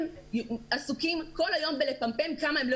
הם עסוקים כל היום בלפמפם כמה הם לא